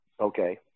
Okay